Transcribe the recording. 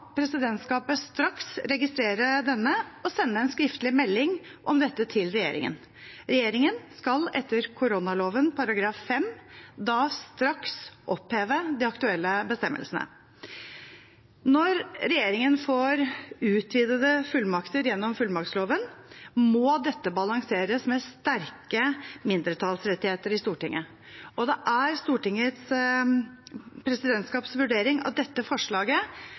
presidentskapet straks registrere denne og sende en skriftlig melding om dette til regjeringen. Regjeringen skal etter koronaloven § 5 da straks oppheve de aktuelle bestemmelsene. Når regjeringen får utvidede fullmakter gjennom fullmaktsloven, må dette balanseres med sterke mindretallsrettigheter i Stortinget. Det er Stortingets presidentskaps vurdering at dette forslaget